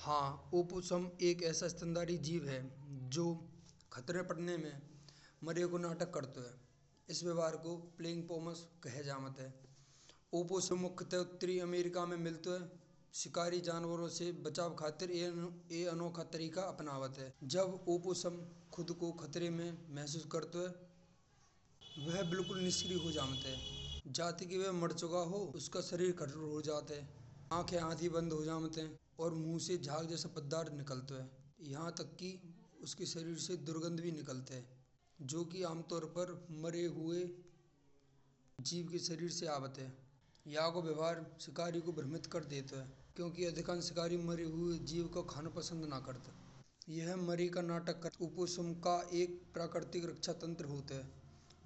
हा ओपुसम एक ऐसा स्थनधारी जीव है। जो ख़तरा पड़ने में मरे को नाटक करतो है। इस व्यवहार को प्लेइंग पॉमस कह जमात है। ओपुसम मुख्यतः उत्तरी अमेरिका में मिलतो है। शिकारी जानवरों से बचाव खातिर यह अनोखे तरीक़े अपनावत है। जब ओपुसम ख़ुद को ख़तरे में महसूस करतो है। वह बिलकुल निष्क्रिय हो जाते हैं। जैसे कि वह मर चुका हो उसका शरीर रोयुजात है। आँखें आधी बंद हो जात है। और मुंह से झाग जैसो पदार्थ निकलतो है। यहां तक कि उसके शरीर से दुर्गंध भी निकलती है। जो कि आमतौर पर मरे हुए जीव के शरीर से आती है। यह को व्यवहार शिकारी को भ्रमित करतो देता है। क्योंकि यह देखने के लिए अधिकांश शिकारी मरे हुए जीव को खाना पसंद नहीं करतो है। यह मरे की नाटक करतो है। ओपुसम का एक प्राकृतिक रक्षा तंत्र होतो है।